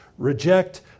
reject